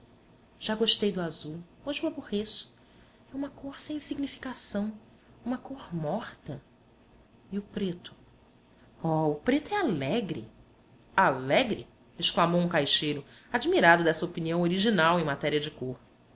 já gostei do azul hoje o aborreço é uma cor sem significação uma cor morta e o preto oh o preto é alegre alegre exclamou um caixeiro admirado dessa opinião original em matéria de cor